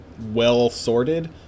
well-sorted